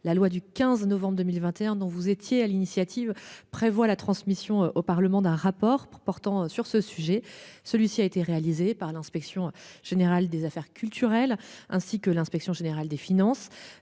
La loi du 15 novembre 2021 dont vous étiez, à l'initiative prévoit la transmission au Parlement d'un rapport portant sur ce sujet. Celui-ci a été réalisé par l'Inspection générale des affaires culturelles, ainsi que l'inspection générale des finances.